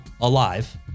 alive